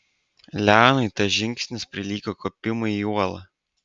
leonui tas žingsnis prilygo kopimui į uolą